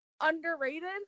underrated